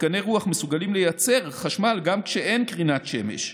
מתקני רוח מסוגלים לייצר חשמל גם כשאין קרינת שמש,